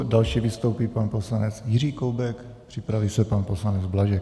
Další vystoupí pan poslanec Jiří Koubek, připraví se pan poslanec Blažek.